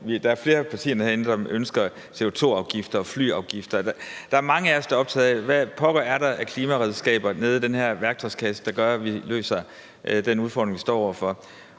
der er flere partier herinde, som ønsker CO2-afgifter og flyafgifter. Der er mange af os, der er optaget af, hvad pokker der er af klimaredskaber nede i den her værktøjskasse, der kan gøre, at vi kan løse den udfordring, vi står over for.